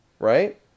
Right